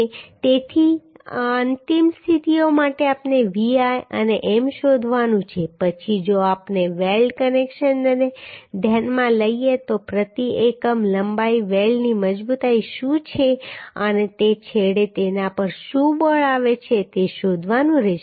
તેથી અંતિમ સ્થિતિઓ માટે આપણે Vl અને M શોધવાનું છે પછી જો આપણે વેલ્ડ કનેક્શનને ધ્યાનમાં લઈએ તો પ્રતિ એકમ લંબાઈ વેલ્ડની મજબૂતાઈ શું છે અને તે છેડે તેના પર શું બળ આવે છે તે શોધવાનું રહેશે